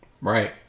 Right